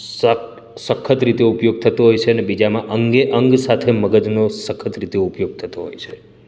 સખ્ત સખત રીતે ઉપયોગ થતો હોય છે અને બીજામાં અંગે અંગ સાથે મગજનો સખત રીતે ઉપયોગ થતો હોય છે